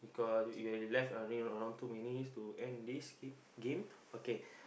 cause left a only around two minutes to end this okay game okay